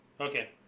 Okay